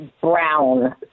brown